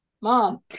Mom